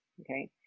Okay